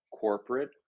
corporate